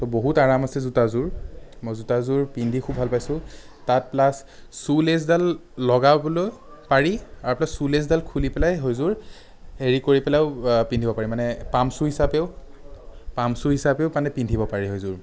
চ' বহুত আৰাম আছে জোতাযোৰ মই জোতাযোৰ পিন্ধি খুব ভাল পাইছোঁ তাত প্লাছ শ্বু লেছডাল লগাবলৈ পাৰি আৰু প্লাছ শ্বু লেছডাল খুলি পেলাই সেইযোৰ হেৰি কৰি পেলাইও পিন্ধিব পাৰি মানে পাম্প শ্বু হিচাপেও পাম্প শ্বু হিচাপেও মানে পিন্ধিব পাৰি সেইযোৰ